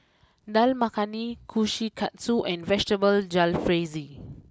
Dal Makhani Kushikatsu and Vegetable Jalfrezi